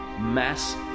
mass